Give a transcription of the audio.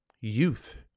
youth